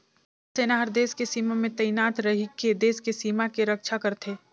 थल सेना हर देस के सीमा में तइनात रहिके देस के सीमा के रक्छा करथे